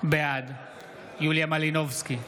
בעד יוליה מלינובסקי,